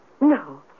No